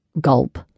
gulp